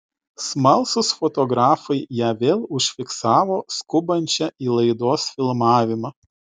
smalsūs fotografai ją vėl užfiksavo skubančią į laidos filmavimą